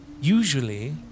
Usually